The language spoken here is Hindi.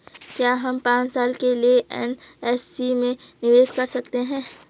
क्या हम पांच साल के लिए एन.एस.सी में निवेश कर सकते हैं?